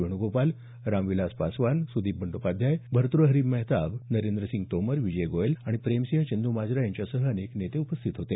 वेण्गोपाल रामविलास पासवान सुदीप बंडोपाध्याय भर्तृहरी मेहताब नरेंद्र सिंग तोमर विजय गोयल आणि प्रेमसिंह चंदमाजरा यांच्यासह अनेक नेते उपस्थित होते